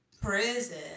prison